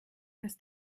dass